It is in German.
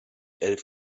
elf